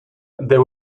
there